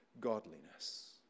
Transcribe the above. godliness